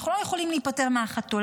אנחנו לא יכולים להיפטר מהחתול,